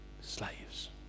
slaves